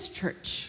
church